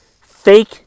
fake